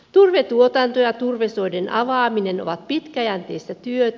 turvetuotanto ja turvesoiden avaaminen ovat pitkäjänteistä työtä